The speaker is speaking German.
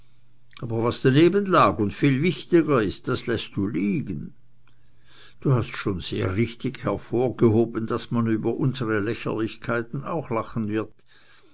aber was daneben lag und viel wichtiger war das lässest du liegen du hast schon sehr richtig hervorgehoben daß man über unsere lächerlichkeiten auch lachen wird